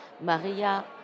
Maria